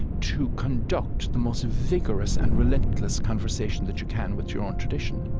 to conduct the most vigorous and relentless conversation that you can with your own tradition